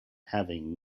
having